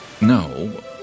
no